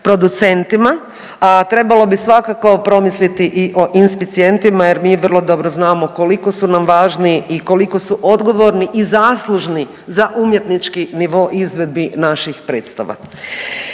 producentima, a trebalo bi svakako promisliti i o inspicijentima jer mi vrlo dobro znamo koliko su nam važni i koliko su odgovorni i zaslužni za umjetnički nivo izvedbi naših predstava.